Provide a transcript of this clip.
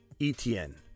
ETN